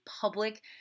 public